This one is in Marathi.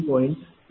25 आहे